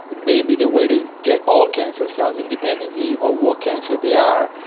maybe the way to get all cancer cells, independently of what cancer they are,